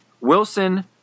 Wilson